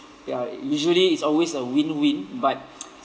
they are usually is always a win-win but